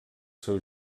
seu